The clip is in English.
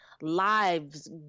lives